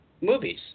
movies